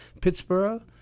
Pittsburgh